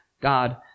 God